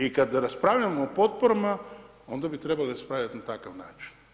I kad raspravljamo o potporama onda bi trebali raspravljat na takav način.